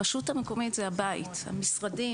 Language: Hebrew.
״הרשות המקומית זה הבית,״ המשרדים